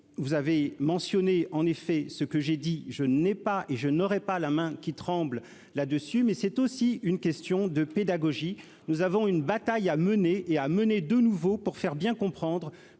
vous avez mentionné en effet ce que j'ai dit je n'ai pas et je n'aurai pas la main qui tremble là-dessus, mais c'est aussi une question de pédagogie, nous avons une bataille à mener et à mener de nouveaux pour faire bien comprendre